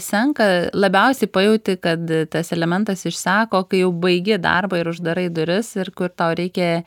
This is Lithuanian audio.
senka labiausiai pajauti kad tas elementas išseko kai jau baigi darbą ir uždarai duris ir kur tau reikia